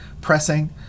pressing